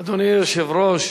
אדוני היושב-ראש,